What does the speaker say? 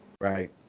Right